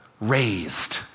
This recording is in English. raised